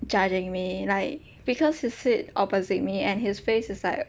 judging me like because he sit opposite me and his face is like